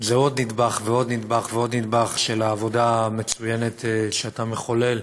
זה עוד נדבך ועוד נדבך ועוד נדבך של העבודה המצוינת שאתה מחולל,